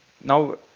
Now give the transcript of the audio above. now